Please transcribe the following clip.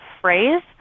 phrase